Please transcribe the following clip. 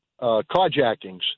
carjackings